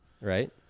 Right